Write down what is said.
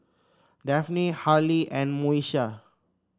Daphne Harley and Moesha